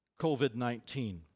COVID-19